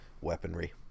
weaponry